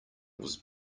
was